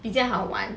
比较好玩